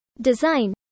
Design